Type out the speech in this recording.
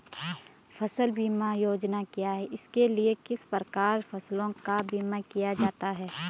फ़सल बीमा योजना क्या है इसके लिए किस प्रकार फसलों का बीमा किया जाता है?